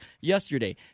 yesterday